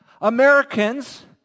Americans